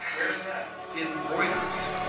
where is that? in reuters.